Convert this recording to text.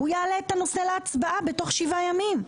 והוא יעלה את הנושא להצבעה בתוך שבעה ימים.